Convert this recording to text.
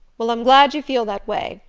well, i'm glad you feel that way.